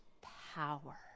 power